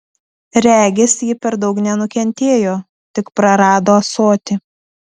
regis ji per daug nenukentėjo tik prarado ąsotį